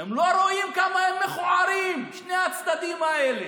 הם לא רואים כמה הם מכוערים שני הצדדים האלה.